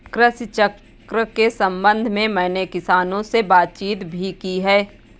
कृषि चक्र के संबंध में मैंने किसानों से बातचीत भी की है